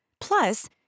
Plus